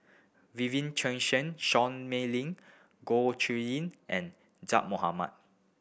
Vivien Quahe Seah Mei Lin Goh Chiew Lye and Zaqy Mohamad